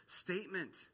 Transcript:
statement